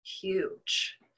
Huge